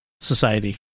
society